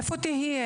איפה היא תהיה?